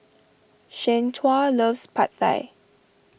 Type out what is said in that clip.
Shanequa loves Pad Thai